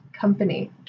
Company